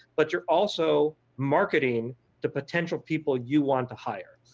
but you also marketing to potential people you want to hire.